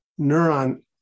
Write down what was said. neuron